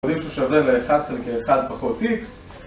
יודעים שהוא שווה ל1 חלקי 1 פחות x